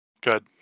Good